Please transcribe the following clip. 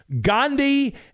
Gandhi